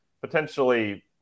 potentially